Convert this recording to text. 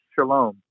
Shalom